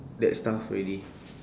that stuff already